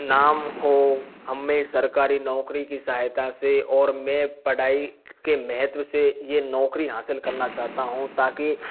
नाम हो हमें सरकारी नौकरी की सहायता से और मैं पढ़ाई के महत्व से ये नौकरी हासिल करना चाहता हूँ ताकि